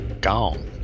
gone